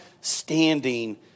standing